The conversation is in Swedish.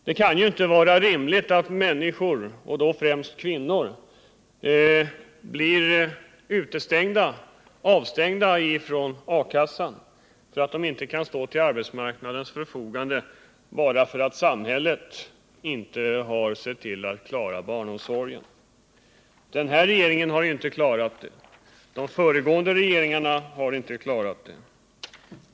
Det kan inte vara rimligt att människor — och främst kvinnor — blir avstängda från arbetslöshetskassan på grund av de inte kan stå till arbetsmarknadens förfogande bara därför att samhället inte har sett till att klara barnomsorgen. Den här regeringen har ju inte klarat den, och de föregående regeringarna har inte klarat den.